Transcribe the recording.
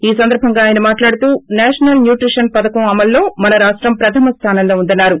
ఈ సందర్భంగా ఆయన మాట్లాడుతూ నేషనల్ న్యూట్రిషన్ పథకం అమలులో మన రాష్టం ప్రథమ స్లానంలో ఉందన్నారు